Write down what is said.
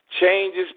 changes